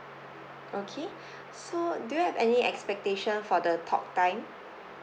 okay so do you have any expectation for the talk time